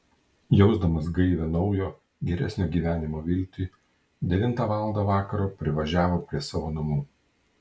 jausdamas gaivią naujo geresnio gyvenimo viltį devintą valandą vakaro privažiavo prie savo namų